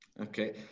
Okay